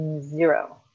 zero